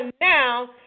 now